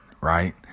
right